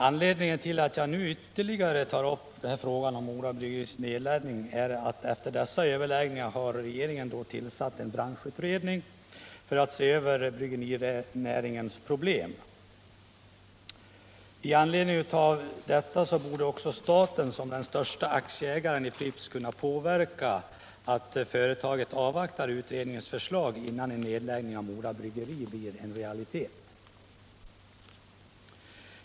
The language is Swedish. Anledningen till att jag nu ytterligare tar upp frågan om Mora Bryggeris nedläggning är att regeringen efter dessa överläggningar har tillsatt en branschutredning för att se över bryggerinäringens problem. Därför borde också staten som den största aktieägaren i Pripps kunna medverka till att företaget avvaktar utredningens förslag innan en nedläggning av Mora Bryggeri blir en realitet.